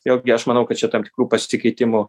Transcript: vėlgi aš manau kad čia tam tikrų pasikeitimų